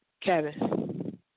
Kevin